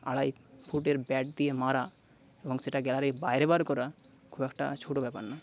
আড়াই ফুটের ব্যাট দিয়ে মারা এবং সেটা গ্যালারির বাইরে বার করা খুব একটা ছোটো ব্যাপার না